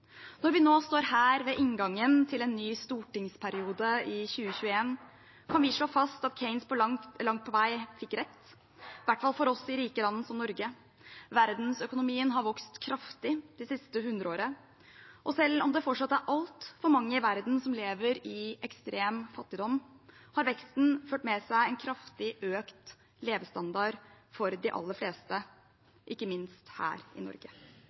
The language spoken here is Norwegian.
Når vi nå står her, ved inngangen til en ny stortingsperiode i 2021, kan vi slå fast at Keynes langt på vei fikk rett – i hvert fall for oss i rike land som Norge. Verdensøkonomien har vokst kraftig det siste hundreåret, og selv om det fortsatt er altfor mange i verden som lever i ekstrem fattigdom, har veksten ført med seg en kraftig økt levestandard for de aller fleste, ikke minst her i Norge.